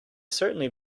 certainly